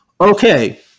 Okay